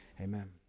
amen